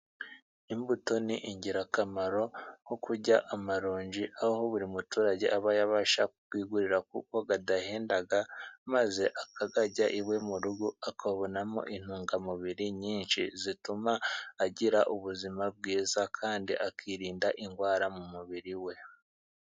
Imbuto ni ingirakamaro nko kurya amaronji, aho buri muturage aba yabasha kuyigurira kuko adahenda, maze akayarya iwe mu rugo akabonamo intungamubiri nyinshi zituma agira ubuzima bwiza kandi akirinda indwara mu mubiri we.